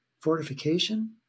fortification